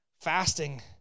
Fasting